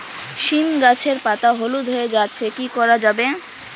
সীম গাছের পাতা হলুদ হয়ে যাচ্ছে কি করা যাবে?